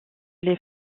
les